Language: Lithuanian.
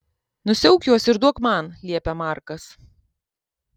nusiauk juos ir duok man liepia markas